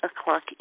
o'clock